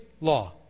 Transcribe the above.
law